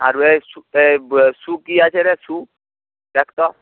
আর বেশ শু কী আছে রে শু দেখ তো